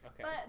Okay